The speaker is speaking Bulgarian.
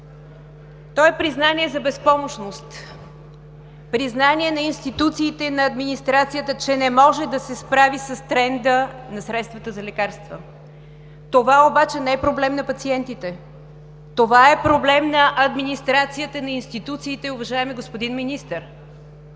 То е признание за безпомощност, признание на институциите и на администрацията, че не може да се справи с тренда на средствата за лекарства. Това обаче не е проблем на пациентите, това е проблем на администрацията, на институциите, уважаеми господин Министър!